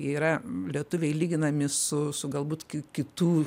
yra lietuviai lyginami su su galbūt ki kitų